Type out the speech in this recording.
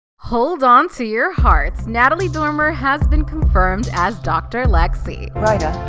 hold on to your hearts, natalie dormer has been confirmed as dr. lexi. ryder,